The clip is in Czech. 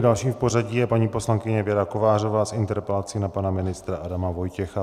Další v pořadí je paní poslankyně Věra Kovářová s interpelací na pana ministra Adama Vojtěcha.